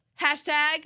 hashtag